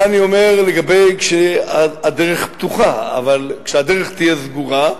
זה אני אומר כשהדרך פתוחה, אבל כשהדרך תהיה סגורה,